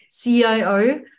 CIO